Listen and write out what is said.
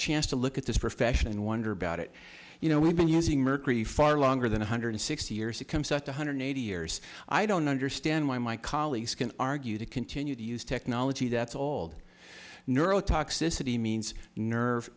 chance to look at this profession and wonder about it you know we've been using mercury far longer than one hundred sixty years to come such one hundred eighty years i don't understand why my colleagues can argue to continue to use technology that's old neurotoxicity means nerve